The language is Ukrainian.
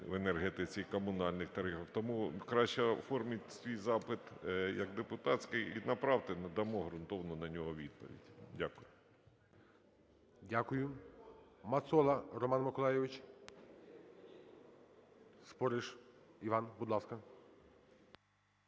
в енергетиці і комунальних тарифах, тому краще оформить свій запит як депутатський і направте – ми дамо ґрунтовну на нього відповідь. Дякую. ГОЛОВУЮЧИЙ. Дякую. Мацола Роман Миколайович. Спориш Іван, будь ласка.